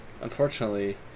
unfortunately